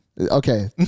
Okay